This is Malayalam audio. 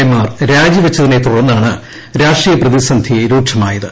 എ മാർ രാജിവെച്ചതിനെ തുടർന്നാണ് രാഷ്ട്രീയ പ്രതിസന്ധി രൂക്ഷമായത്